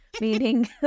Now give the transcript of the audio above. meaning